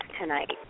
tonight